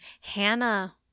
Hannah